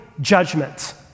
judgment